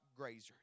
grazers